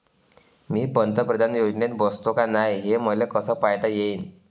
मी पंतप्रधान योजनेत बसतो का नाय, हे मले कस पायता येईन?